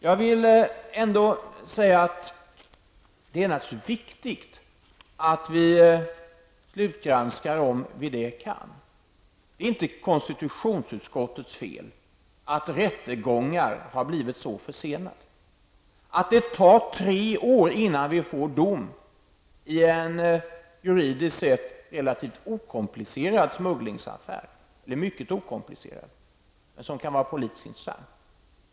Jag vill ändå säga att det naturligtvis är viktigt att vi slutgranskar detta om vi kan det. Det är inte konstitutionsutskottets fel att rättegångar har blivit så försenade och att det har tre år innan vi får dom i en, juridiskt sett, mycket okomplicerad smugglingsaffär. Den kan dock vara politiskt intressant.